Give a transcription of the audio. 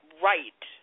right